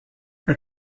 are